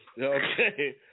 Okay